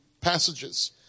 passages